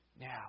now